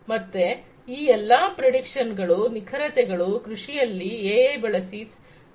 ಮತ್ತೆ ಈ ಎಲ್ಲಾ ಪ್ರೆಡಿಕ್ಷನ್ ಗಳು ನಿಖರತೆ ಗಳು ಕೃಷಿಯಲ್ಲಿ ಎಐ ಬಳಸಿ ಸಾಧಿಸಬಹುದಾಗಿದೆ